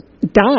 die